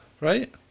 right